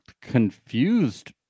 confused